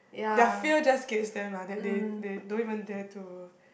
their fear just gets them lah they they they don't even dare to